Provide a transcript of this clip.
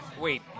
Wait